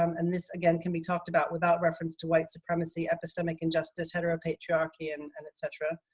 um and this again can be talked about without reference to white supremacy, epistemic injustice, heteropatriarchy, and and etc.